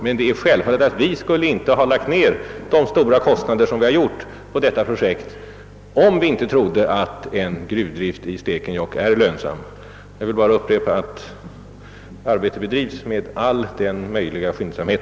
Men det är självklart att vi inte skulle ha lagt ned de kostnader som vi gjort på detta projekt, om vi inte trott att en gruvdrift i Stekenjokk är lönsam. Jag vill nu bara upprepa att arbetet bedrivs med all möjlig skyndsamhet.